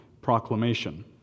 proclamation